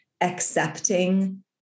accepting